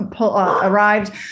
arrived